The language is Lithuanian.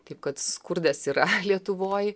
taip kad skurdas yra lietuvoj